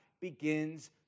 begins